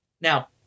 now